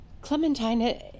Clementine